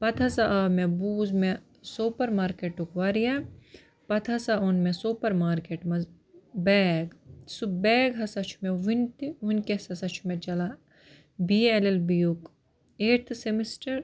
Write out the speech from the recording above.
پَتہٕ ہَسا آو مےٚ بوٗز مےٚ سوپور مارکیٚٮٹُک واریاہ پَتہٕ ہسا اوٚن مےٚ سوپور مارکیٚٹ منٛز بیگ سُہ بیگ ہسا چھُ مےٚ ونہِ تہِ وُنٛکیٚس ہسا چھُ مےٚ چَلان B A L L B یُک ایٹتھہٕ سیٚمسٹر